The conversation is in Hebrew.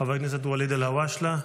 חבר הכנסת ואליד אלהואשלה,